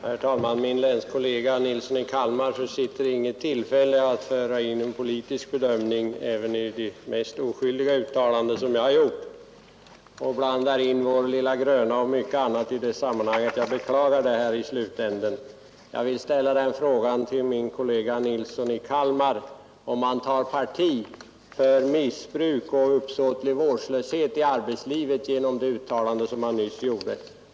Herr talman! Min länskollega herr Nilsson i Kalmar försitter inget tillfälle att föra in en politisk bedömning även i de mest oskyldiga uttalanden som jag har gjort och blandar in vår ”lilla gröna” och mycket annat i det sammanhanget. Jag beklagar detta så här i slutomgången. Jag vill ställa den frågan till min kollega herr Nilsson i Kalmar, om han tar parti för missbruk och uppsåtlig vårdlöshet i arbetslivet genom det uttalande som han nyss gjorde.